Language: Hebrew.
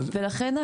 ולכן,